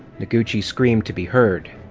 noguchi screamed to be heard.